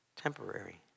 temporary